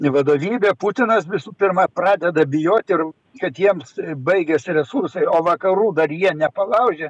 vadovybė putinas visų pirma pradeda bijoti kad jiems baigias resursai o vakarų dar jie nepalaužė